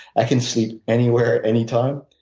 i can sleep anywhere, any time.